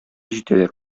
җитәләр